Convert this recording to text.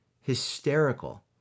hysterical